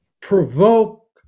provoke